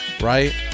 right